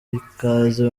ikaze